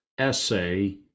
essay